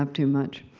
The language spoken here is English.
um too much.